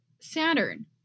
Saturn